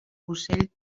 ocell